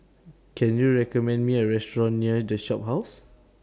Can YOU recommend Me A Restaurant near The Shophouse